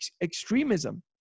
extremism